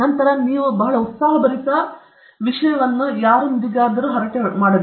ನಂತರ ನೀವು ಬಹಳ ಉತ್ಸಾಹಭರಿತ ಮತ್ತು ಈ ವಿಷಯವನ್ನು ಹೊಂದಿರುವ ಯಾರಾದರೂ ಚಾಟ್ ಅನ್ನು ಹೊಂದಿರಬೇಕು